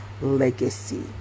legacy